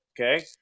okay